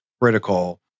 critical